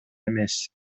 эмес